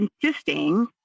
insisting